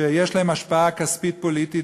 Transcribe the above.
שיש להם השפעה כספית-פוליטית,